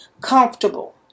comfortable